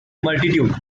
multitude